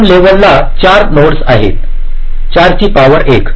प्रथम लेवल ला 4 नोड्स आहेत 4 ची पॉवर 1